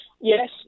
Yes